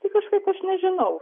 tai kažkaip aš nežinau